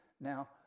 Now